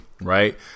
right